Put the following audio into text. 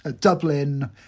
Dublin